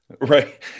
Right